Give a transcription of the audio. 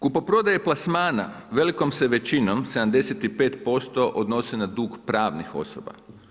Kupoprodaje plasmana, velikom se većinom, 75% odnosi na dug pravnih osoba.